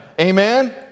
Amen